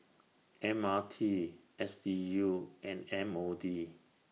M R T S D U and M O D